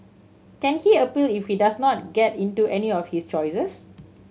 can he appeal if he does not get into any of his choices